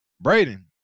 Braden